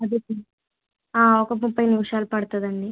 అదే పా ఒక ముప్పై నిమిషాలు పడుతుంది అండి